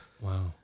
wow